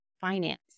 finance